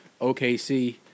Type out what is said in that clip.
OKC